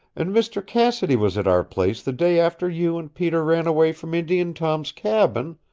and mister cassidy was at our place the day after you and peter ran away from indian tom's cabin,